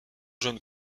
jeunes